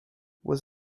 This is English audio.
was